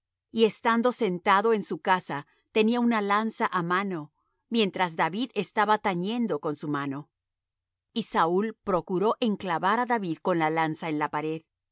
y estando sentado en su casa tenía una lanza á mano mientras david estaba tañendo con su mano y saúl procuró enclavar á david con la lanza en la pared